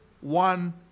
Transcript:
one